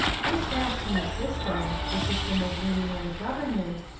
this vast new system, the system of leaning on the government,